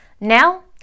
Now